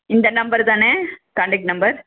இந்த நம்பர் தானே contact number